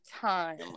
time